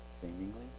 seemingly